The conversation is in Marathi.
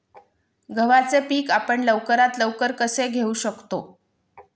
गव्हाचे पीक आपण लवकरात लवकर कसे घेऊ शकतो?